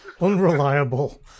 unreliable